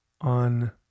on